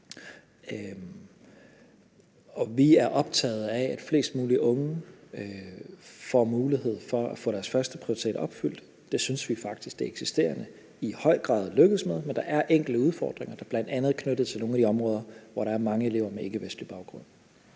Vi er optagede af, at flest mulige unge får mulighed for at få deres førsteprioritet opfyldt. Det synes vi faktisk det eksisterende i høj grad lykkedes med, men der er enkelte udfordringer, der bl.a. er knyttet til nogle af de områder, hvor der er mange elever med ikkevestlig baggrund.